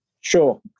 Sure